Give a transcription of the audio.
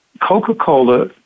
Coca-Cola